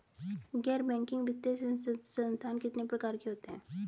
गैर बैंकिंग वित्तीय संस्थान कितने प्रकार के होते हैं?